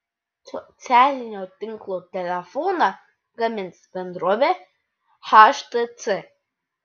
socialinio tinklo telefoną gamins bendrovė htc